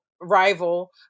rival